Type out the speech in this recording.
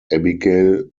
abigail